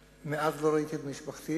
מאז לא ראיתי את משפחתי,